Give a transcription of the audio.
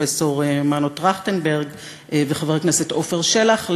פרופסור מנו טרכטנברג וחבר הכנסת עפר שלח.